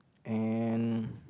and